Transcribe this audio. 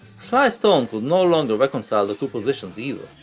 sly stone could no longer reconcile the two positions either,